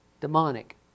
demonic